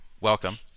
Welcome